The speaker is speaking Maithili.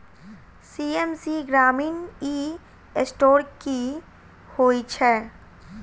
सी.एस.सी ग्रामीण ई स्टोर की होइ छै?